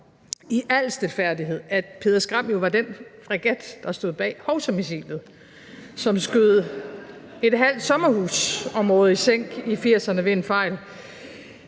i al stilfærdighed, at »Peder Skram« jo var den fregat, der stod bag hovsamissilet, som skød et halvt sommerhusområde i sænk i 1980'erne ved en fejl.